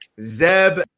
Zeb